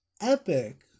epic